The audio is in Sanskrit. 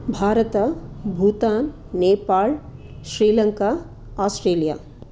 भारत भूतान् नेपाळ् श्रीलङ्का आस्ट्रेलिय